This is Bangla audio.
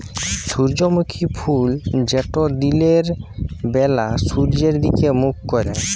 সূর্যমুখী ফুল যেট দিলের ব্যালা সূর্যের দিগে মুখ ক্যরে